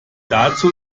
dazu